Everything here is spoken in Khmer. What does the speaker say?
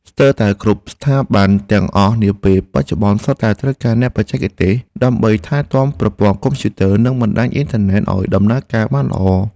ស្ទើរតែគ្រប់ស្ថាប័នទាំងអស់នាពេលបច្ចុប្បន្នសុទ្ធតែត្រូវការអ្នកបច្ចេកទេស ដើម្បីថែទាំប្រព័ន្ធកុំព្យូទ័រនិងបណ្តាញអ៊ីនធឺណិតឱ្យដំណើរការបានល្អ។